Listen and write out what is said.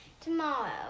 tomorrow